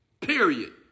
Period